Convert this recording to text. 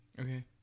Okay